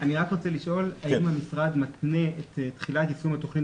אני רק רוצה לשאול האם המשרד מתנה את תחילת יישום התוכנית